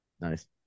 Nice